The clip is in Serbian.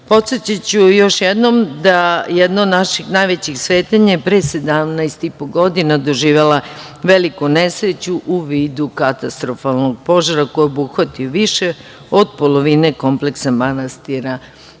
još jednom da jedna od naših najvećih svetinja je pre 17 i po godina doživela veliku nesreću u vidu katastrofalnog požara koji je obuhvatio više od polovine kompleksa manastira